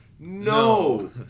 No